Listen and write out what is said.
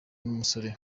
n’umusore